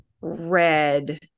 red